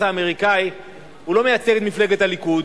האמריקני הוא לא מייצג את מפלגת הליכוד,